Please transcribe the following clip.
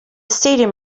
stadium